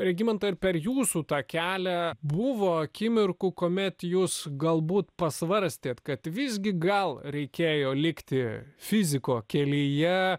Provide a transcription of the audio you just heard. regimantai ar per jūsų tą kelią buvo akimirkų kuomet jūs galbūt pasvarstėt kad visgi gal reikėjo likti fiziko kelyje